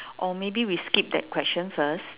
or maybe we skip that question first